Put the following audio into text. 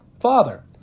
Father